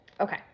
Okay